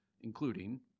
including